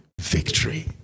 victory